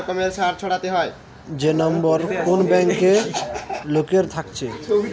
যে নম্বর কোন ব্যাংকে লোকের থাকতেছে